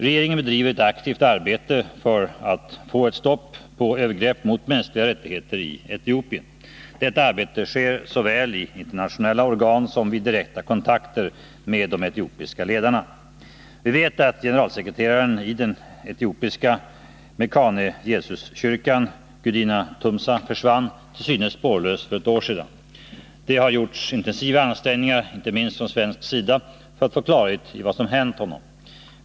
Regeringen bedriver ett aktivt arbete för att få ett stopp på övergrepp mot mänskliga rättigheter i Etiopien. Detta arbete sker såväl i internationella organ som vid direkta kontakter med de etiopiska ledarna. Vi vet att generalsekreteraren i den etiopiska Mekane Yesus-kyrkan, Gudina Tumsa, försvann till synes spårlöst för ett år sedan. Det har gjorts intensiva ansträngningar, inte minst från svensk sida, för att få klarhet i vad som hänt honom.